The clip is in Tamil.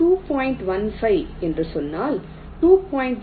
15 என்று சொன்னால் 2